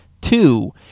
two